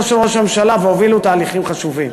של ראש הממשלה והובילו תהליכים חשובים.